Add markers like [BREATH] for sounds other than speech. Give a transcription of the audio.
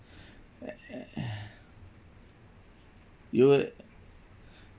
eh eh [BREATH] you would